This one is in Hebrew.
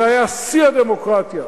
זה היה שיא הדמוקרטיה: